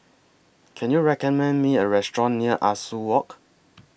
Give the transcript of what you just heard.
Can YOU recommend Me A Restaurant near Ah Soo Walk